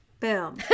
boom